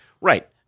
Right